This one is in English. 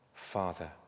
Father